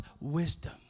wisdom